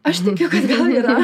aš tikiu kad gal yra